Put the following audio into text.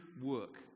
work